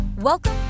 Welcome